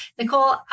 Nicole